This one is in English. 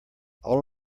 all